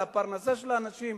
לפרנסה של האנשים.